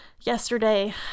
yesterday